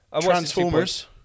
Transformers